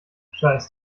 scheiß